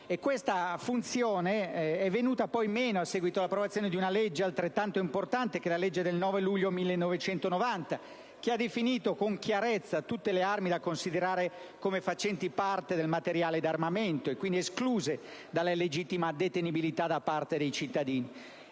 Tale funzione è venuta meno a seguito dell'approvazione di una legge altrettanto importante, la legge 9 luglio 1990, n. 185, che ha definito con chiarezza tutte le armi da considerare come facenti parte del materiale d'armamento e quindi escluse dalla legittima detenibilità da parte dei cittadini.